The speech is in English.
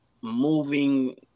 moving